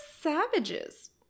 savages